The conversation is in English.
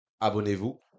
abonnez-vous